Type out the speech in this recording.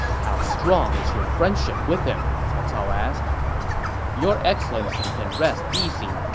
how strong is your friendship with him? cao cao asked your excellency can rest easy.